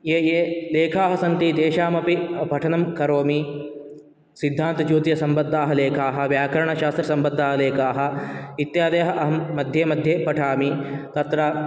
ये ये लेखाः सन्ति तेषामपि पठनं करोमि सिद्धान्तज्योतिषसम्बद्धाः लेखाः व्याकरणशास्त्रसम्बद्धः लेखाः इत्यादयः अहं मध्ये मध्ये पठामि तत्र